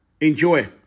Enjoy